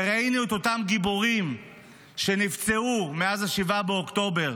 וראינו את אותם גיבורים שנפצעו מאז 7 באוקטובר,